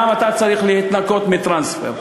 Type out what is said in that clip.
גם אתה צריך להתנקות מטרנספר.